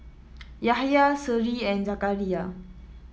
Yahya Seri and Zakaria